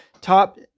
top